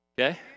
Okay